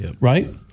right